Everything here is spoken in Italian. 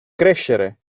crescere